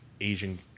Asian